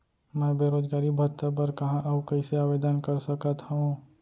मैं बेरोजगारी भत्ता बर कहाँ अऊ कइसे आवेदन कर सकत हओं?